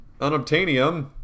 unobtainium